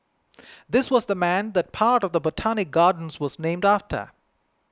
this was the man that part of the Botanic Gardens was named after